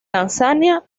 tanzania